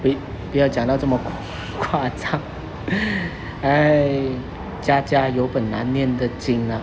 wait 不要讲到这么夸张 家家有本难念的经 ah